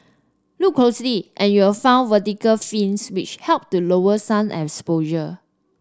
look closely and you'll find vertical fins which help to lower sun exposure